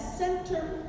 center